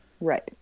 Right